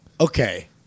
okay